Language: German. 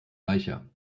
reicher